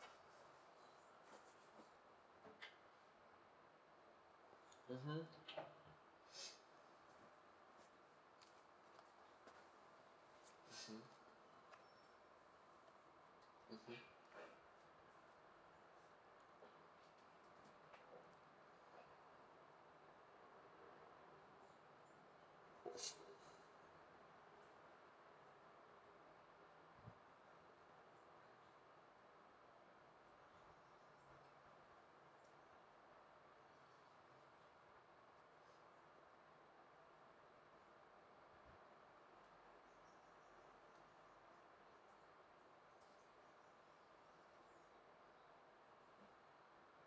mmhmm uh mmhmm mmhmm